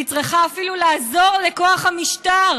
והיא צריכה אפילו לעזור לכוח המשטר